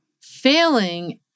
failing